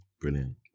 Brilliant